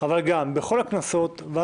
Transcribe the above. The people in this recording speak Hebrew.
אנחנו עדיין בתקופת פגרה,